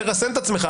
תרסן את עצמך,